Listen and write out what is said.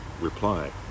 reply